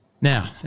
Now